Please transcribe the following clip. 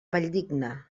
valldigna